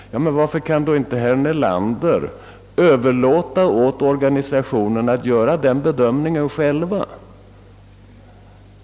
Varför kan herr Nelander då inte överlåta åt organisationerna att göra den bedömningen själva?